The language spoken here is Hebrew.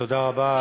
תודה רבה.